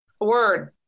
Word